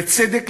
בצדק,